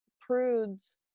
prudes